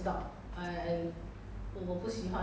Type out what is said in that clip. cannot be the Nokia kind of phone lah